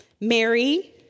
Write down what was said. Mary